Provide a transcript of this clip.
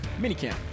minicamp